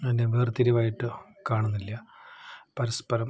അതിനെ വേര്തിരിവായിട്ടു കാണുന്നില്ല പരസ്പരം